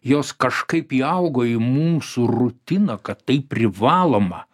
jos kažkaip įaugo į mūsų rutiną kad tai privaloma